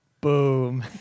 Boom